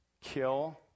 kill